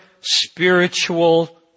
spiritual